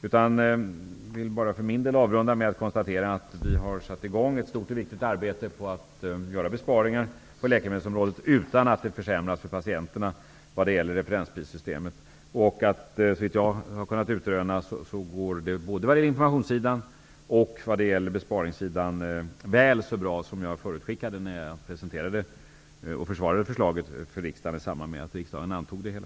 Jag vill bara för min del avrunda med att konstatera att vi har satt i gång ett stort och viktigt arbete för att göra besparingar på läkemedelsområdet, utan att det försämras för patienterna vad gäller referensprissystemet. Såvitt jag har kunnat utröna går det, vad gäller både informationssidan och besparingssidan, väl så bra som jag förutskickade när jag presenterade och försvarade förslaget för riksdagen i samband med att riksdagen antog det hela.